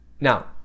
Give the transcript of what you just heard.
now